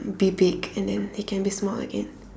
be big and then he can be small again